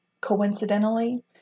coincidentally